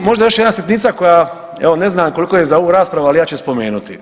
I možda još jedna sitnica koja evo ne znam koliko je za ovu raspravu ali ja ću je spomenuti.